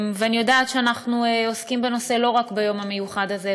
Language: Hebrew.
אני יודעת שאנחנו עוסקים בנושא לא רק ביום המיוחד הזה,